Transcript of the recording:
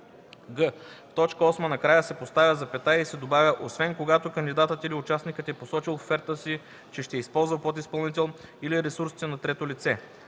т. 8 накрая се поставя запетая и се добавя „освен когато кандидатът или участникът е посочил в офертата си, че ще използва подизпълнител или ресурсите на трето лице“;